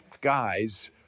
guys